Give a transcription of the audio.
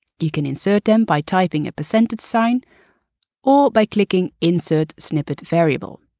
you can insert them by typing a percentage sign or by clicking insert snippet variable.